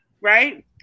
right